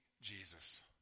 Jesus